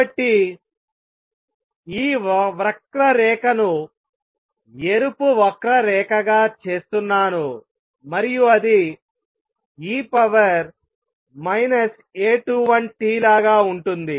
కాబట్టి ఈ వక్రరేఖను ఎరుపు వక్రరేఖ గా చేస్తున్నాను మరియు అది e A21t లాగా ఉంటుంది